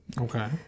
Okay